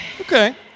Okay